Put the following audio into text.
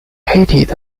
hated